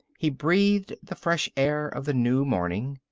he breathed the fresh air of the new morning.